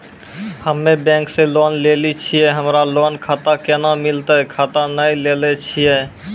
हम्मे बैंक से लोन लेली छियै हमरा लोन खाता कैना मिलतै खाता नैय लैलै छियै?